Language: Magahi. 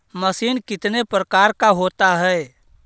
मशीन कितने प्रकार का होता है?